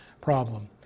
problem